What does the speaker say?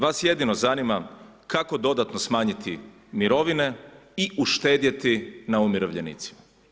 Vas jedino zanima kako dodatno smanjiti mirovine i uštedjeti na umirovljenicima.